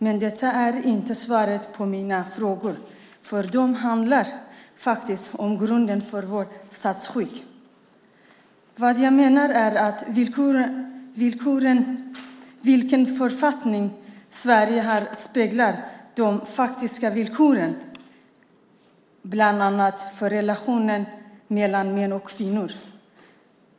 Men detta är inte svaret på mina frågor, för de handlar faktiskt om grunden för vårt statsskick. Vad jag menar är att vilken författning Sverige har speglar de faktiska villkoren för bland annat relationen mellan män och kvinnor.